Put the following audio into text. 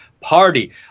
party